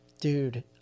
dude